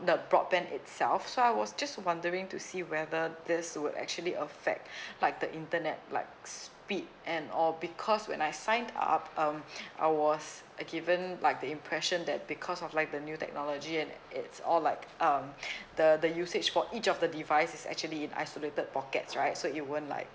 the broadband itself so I was just wondering to see whether this would actually affect like the internet like speed and all because when I sign up um I was given like the impression that because of like the new technology and it's all like um the the usage for each of the device is actually in isolated pockets right so it won't like